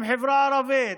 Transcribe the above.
הם מהחברה הערבית.